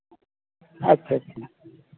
ᱟᱪᱪᱷᱟ ᱟᱪᱪᱷᱟ